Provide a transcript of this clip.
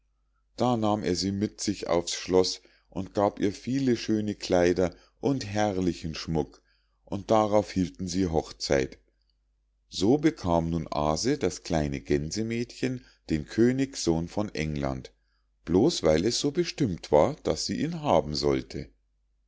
da nahm er sie mit sich auf's schloß und gab ihr viele schöne kleider und herrlichen schmuck und darauf hielten sie hochzeit so bekam nun aase das kleine gänsemädchen den königssohn von england bloß weil es so bestimmt war daß sie ihn haben sollte